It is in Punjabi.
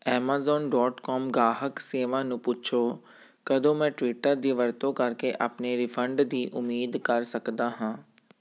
ਐਮਾਜ਼ੋਨ ਡੋਟ ਕੋਮ ਗਾਹਕ ਸੇਵਾ ਨੂੰ ਪੁੱਛੋ ਕਦੋਂ ਮੈਂ ਟਵਿੱਟਰ ਦੀ ਵਰਤੋਂ ਕਰਕੇ ਆਪਣੇ ਰਿਫੰਡ ਦੀ ਉਮੀਦ ਕਰ ਸਕਦਾ ਹਾਂ